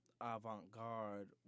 avant-garde